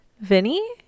Vinny